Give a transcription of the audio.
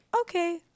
okay